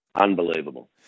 Unbelievable